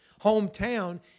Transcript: hometown